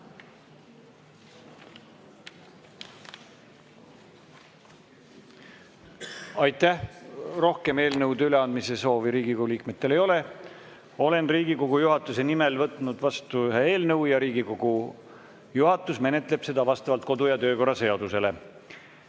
Aitäh! Rohkem eelnõude üleandmise soovi Riigikogu liikmetel ei ole. Olen Riigikogu juhatuse nimel võtnud vastu ühe eelnõu ja Riigikogu juhatus menetleb seda vastavalt kodu‑ ja töökorra seadusele.